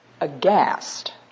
aghast